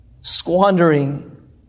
squandering